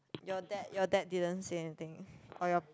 your dad your dad didn't say anything or your